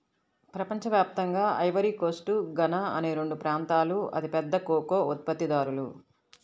ప్రపంచ వ్యాప్తంగా Ivory Coast, Ghana అనే రెండు ప్రాంతాలూ అతిపెద్ద కోకో ఉత్పత్తిదారులు